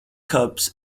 cups